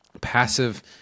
passive